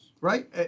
Right